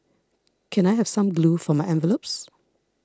can I have some glue for my envelopes